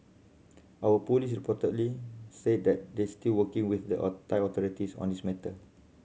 our police reportedly say that they still working with the Thai authorities on this matter